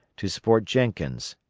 to support jenkins,